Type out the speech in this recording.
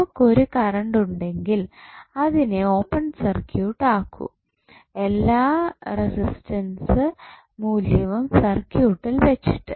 നമുക്കൊരു കറണ്ട് ഉണ്ടെങ്കിൽ അതിനെ ഓപ്പൺ സർക്യൂട്ട് ആക്കു എല്ലാ റസ്റ്റൻറ്സ് മൂല്യവും സർക്യൂട്ടിൽ വച്ചിട്ട്